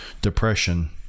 depression